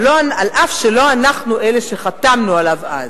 אבל אף שלא אנחנו אלה שחתמנו עליו אז,